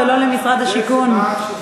החברה תהיה כפופה למשרד האוצר ולא למשרד השיכון.